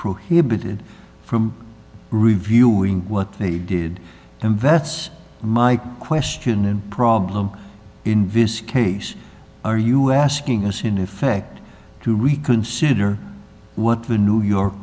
prohibited from reviewing what they did and vets my question and problem in visit case are you asking us in effect to reconsider what the new york